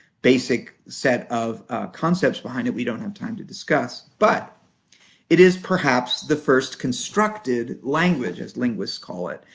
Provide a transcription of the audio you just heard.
basic set of concepts behind it that we don't have time to discuss. but it is perhaps the first constructed language, as linguists call it,